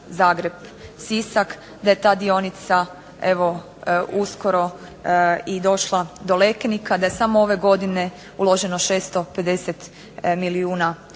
Zagreb-Sisak, da je ta dionica evo uskoro i došla do Lekenika, da je samo ove godine uloženo 650 milijuna kuna,